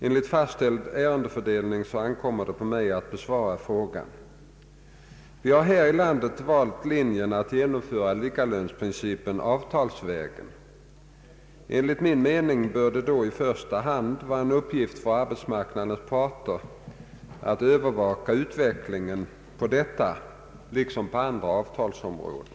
Enligt fastställd ärendefördelning ankommer det på mig att besvara frågan. Vi har här i landet valt linjen att ge nomföra likalönsprincipen avtalsvägen. Enligt min mening bör det då i första hand vara en uppgift för arbetsmarknadens parter att övervaka utvecklingen på detta liksom på andra avtalsområden.